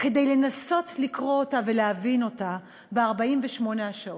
כדי לנסות לקרוא אותה ולהבין אותה ב-48 השעות.